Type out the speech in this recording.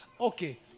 Okay